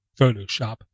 Photoshop